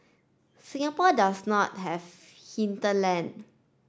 Singapore does not have hinterland